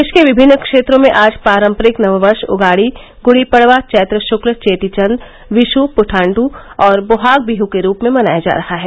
देश के विमिन्न क्षेत्रों में आज पांरपरिक नववर्ष उगाडि गुडी पडवा चैत्र शुक्ल चेटी चंद विशु पुठांडु और बोहाग बिहू के रूप में मनाया जा रहा है